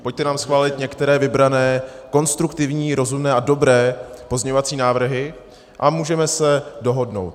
Pojďte nám schválit některé vybrané konstruktivní, rozumné a dobré pozměňovací návrhy a můžeme se dohodnout.